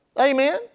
Amen